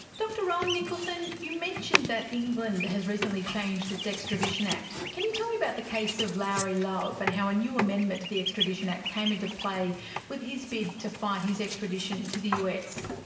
dr rowan nicholson, you mentioned that england has recently changed its extradition act. can you me about the case of lauri love and how a new amendment to the extradition act came into play with his bid to fight his extradition to the us?